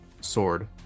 sword